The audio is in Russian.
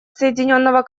соединенного